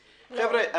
חבר'ה,